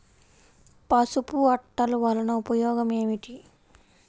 పసుపు అట్టలు వలన ఉపయోగం ఏమిటి?